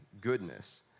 goodness